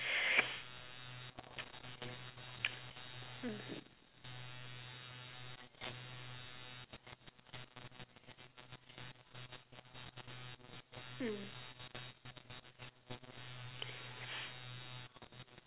hmm hmm